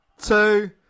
two